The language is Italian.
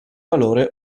valore